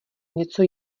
něco